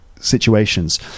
situations